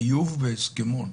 חיוב בהסכמון?